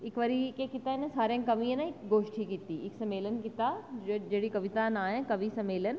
इक्क बारी केह् कीता इनें सारें जनें गोष्ठी कीती इक्क सम्मेलन कीता जेह्ड़ी कविता दा नांऽ ऐ कवि सम्मेलन